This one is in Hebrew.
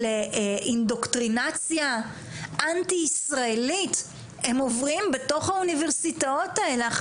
של אינדוקטרינציה אנטי ישראלית הם עוברים בתוך האוניברסיטאות האלה.